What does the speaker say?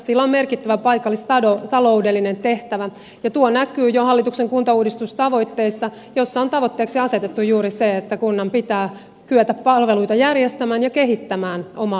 sillä on merkittävä paikallistaloudellinen tehtävä ja tuo näkyy jo hallituksen kuntauudistustavoitteissa joissa on tavoitteeksi asetettu juuri se että kunnan pitää kyetä palveluita järjestämään ja kehittämään omaa aluettaan